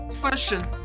question